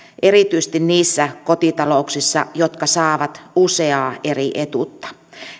erityisesti niissä kotitalouksissa jotka saavat useaa eri etuutta